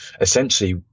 essentially